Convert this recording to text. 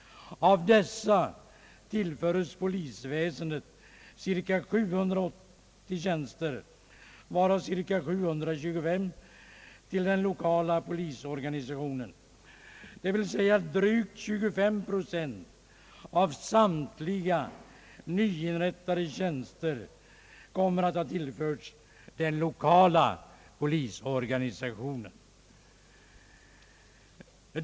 Av dessa tillförs polisväsendet cirka 780 tjänster, varav cirka 725 till den lokala polisorganisationen. Drygt 25 procent av samtliga nyinrättade tjänster tillförs alltså den lokala polisorganisationen.